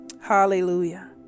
hallelujah